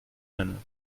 nennen